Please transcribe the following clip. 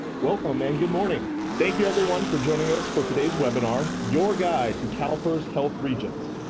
welcome and good morning. thank you everyone for joining us for today's webinar, your guide to calpers health regions.